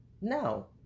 no